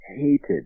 hated